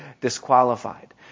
disqualified